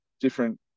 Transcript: different